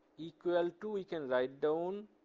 equal to you can write down